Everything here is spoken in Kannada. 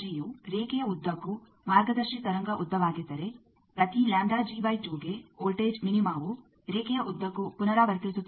ಯು ರೇಖೆಯ ಉದ್ದಕ್ಕೂ ಮಾರ್ಗದರ್ಶಿ ತರಂಗ ಉದ್ದವಾಗಿದ್ದರೆ ಪ್ರತಿ ಗೆ ವೋಲ್ಟೇಜ್ ಮಿನಿಮವು ರೇಖೆಯ ಉದ್ದಕ್ಕೂ ಪುನರಾವರ್ತಿಸುತ್ತದೆ